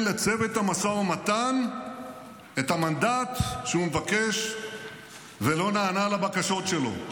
לצוות המשא ומתן את המנדט שהוא מבקש ולא נענה לבקשות שלו.